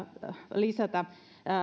lisätä